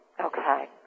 Okay